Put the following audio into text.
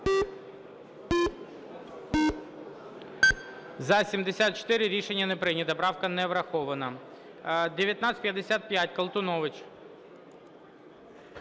За-74 Рішення не прийнято. Правка не врахована.